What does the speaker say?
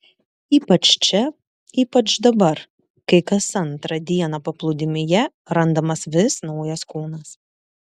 ypač čia ypač dabar kai kas antrą dieną paplūdimyje randamas vis naujas kūnas